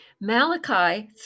Malachi